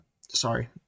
Sorry